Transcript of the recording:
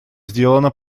сделано